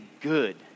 good